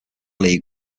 league